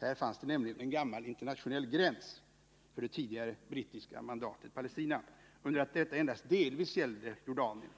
Här fanns det nämligen en gammal internationell gräns — för det tidigare brittiska mandatet Palestina — under det att detta endast delvis gällde för Jordanien.